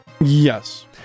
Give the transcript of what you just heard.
Yes